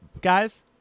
guys